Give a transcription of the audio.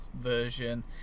version